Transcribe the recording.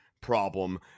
problem